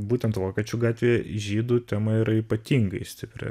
būtent vokiečių gatvėj žydų tema yra ypatingai stipri